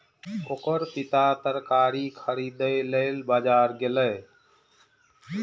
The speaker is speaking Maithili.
ओकर पिता तरकारी खरीदै लेल बाजार गेलैए